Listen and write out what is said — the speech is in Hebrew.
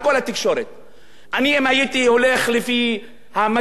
אם הייתי הולך לפי מצפוני הפוליטי,